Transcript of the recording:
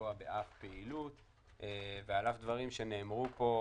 לפגוע באף פעילות ועל אף דברים שנאמרו כאן,